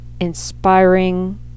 inspiring